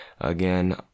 again